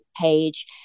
page